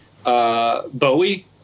Bowie